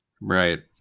right